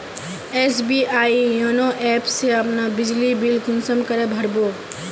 SBI YONO app से अपना बिजली बिल कुंसम करे भर बो?